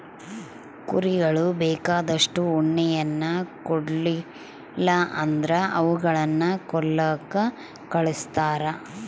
ಕುರಿಗಳು ಬೇಕಾದಷ್ಟು ಉಣ್ಣೆಯನ್ನ ಕೊಡ್ಲಿಲ್ಲ ಅಂದ್ರ ಅವುಗಳನ್ನ ಕೊಲ್ಲಕ ಕಳಿಸ್ತಾರ